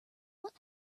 what